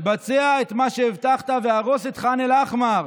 בצע את מה שהבטחת והרוס את ח'אן אל-אחמר.